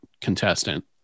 contestant